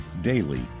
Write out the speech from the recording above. daily